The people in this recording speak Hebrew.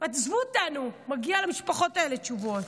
עזבו אותנו, מגיעות למשפחות האלה תשובות.